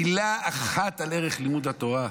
מילה אחת על ערך לימוד התורה.